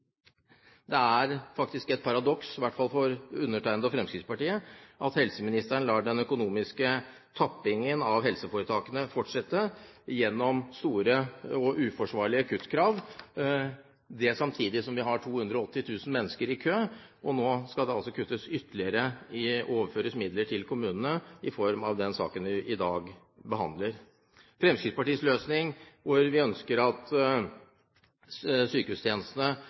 Det er faktisk et paradoks, i hvert fall for undertegnede og for Fremskrittspartiet, at helseministeren lar den økonomiske tappingen av helseforetakene fortsette gjennom store og uforsvarlige kuttkrav, samtidig som vi har 280 000 mennesker i kø. Og nå skal det altså kuttes ytterligere og overføres midler til kommunene ved den saken vi i dag behandler. Fremskrittspartiets løsning – vi ønsker at sykehustjenestene